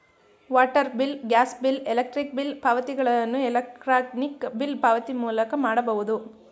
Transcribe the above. water bill, gas bill, electric bill ಪಾವತಿಗಳನ್ನು electronic bill ಪಾವತಿ ಮೂಲಕ ಮಾಡಬಹುದು